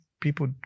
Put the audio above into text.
people